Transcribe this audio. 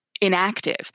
inactive